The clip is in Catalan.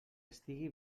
estiga